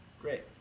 Great